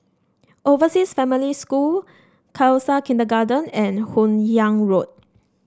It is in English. Overseas Family School Khalsa Kindergarten and Hun Yeang Road